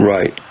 Right